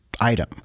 item